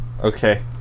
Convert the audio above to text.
Okay